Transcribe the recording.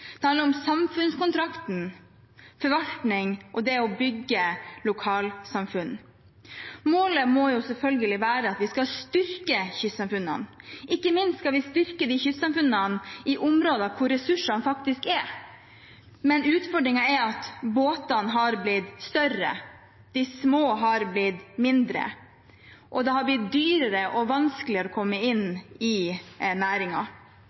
om selve samfunnskontrakten, forvaltning og det å bygge lokalsamfunn. Målet må selvfølgelig være at vi skal styrke kystsamfunnene. Ikke minst skal vi styrke kystsamfunnene i områder der ressursene faktisk er. Utfordringen er at båtene er blitt større, de små er blitt mindre, og det har blitt dyrere og vanskeligere å komme inn